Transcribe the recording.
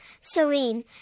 serene